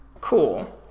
Cool